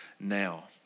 now